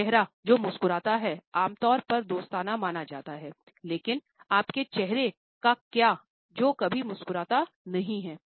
एक चेहरा जो मुस्कुराता है आमतौर पर दोस्ताना माना जाता है लेकिन आपके चेहरे का क्या जो कभी मुस्कुराता नहीं है